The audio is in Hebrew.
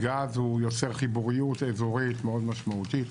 הגז הוא יוצר חיבוריות אזורית מאוד משמעותית.